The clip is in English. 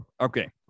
Okay